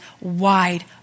wide